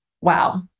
wow